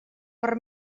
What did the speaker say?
per